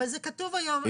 אבל זה כתוב היום,